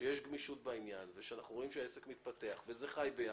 אם נגלה שהעסק מתפתח, שזה חי ביחד,